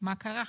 מה קרה?